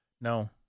No